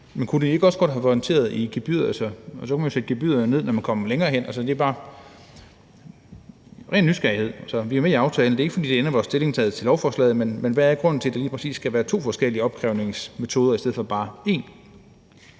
men kunne det ikke også godt have været håndteret i gebyret, og så kunne man have sat gebyret ned, når man kom længere hen? Det er bare af ren nysgerrighed. Vi er med i aftalen, og det er ikke, fordi det ændrer vores stillingtagen til lovforslaget. Men hvad er grunden til, at det lige præcis skal være to forskellige opkrævningsmetoder i stedet for bare en?